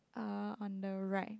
uh on the right